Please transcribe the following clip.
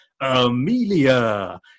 Amelia